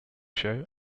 show